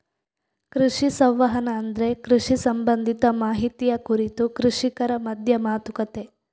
ಕೃಷಿ ಸಂವಹನ ಅಂದ್ರೆ ಕೃಷಿ ಸಂಬಂಧಿತ ಮಾಹಿತಿಯ ಕುರಿತು ಕೃಷಿಕರ ಮಧ್ಯ ಮಾತುಕತೆ